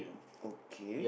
okay